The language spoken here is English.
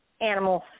animals